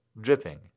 dripping